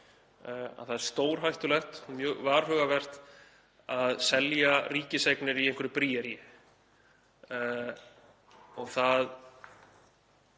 að það er stórhættulegt, mjög varhugavert, að selja ríkiseignir í einhverju bríaríi. Það